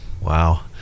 Wow